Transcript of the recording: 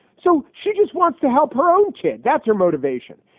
so she just wants to help her own kid. that's her motivation.